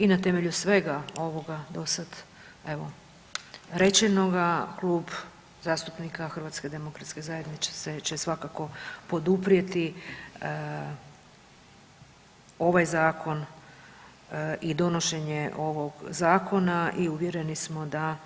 I na temelju svega ovoga do sad evo rečenoga Klub zastupnika HDZ-a će svakako poduprijeti ovaj zakon i donošenje ovog zakona i uvjereni smo da